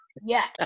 Yes